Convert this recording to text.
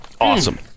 awesome